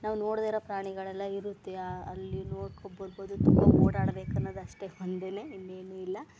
ನಾವು ನೋಡದೆ ಇರೊ ಪ್ರಾಣಿಗಳೆಲ್ಲ ಇರುತ್ತೆ ಆ ಅಲ್ಲಿ ನೋಡ್ಕೊಬರ್ಬೋದು ತುಂಬ ಓಡಾಡ್ಬೇಕು ಅನ್ನೋದು ಅಷ್ಟೆ ಒಂದೆ ಇನ್ನೇನು ಇಲ್ಲ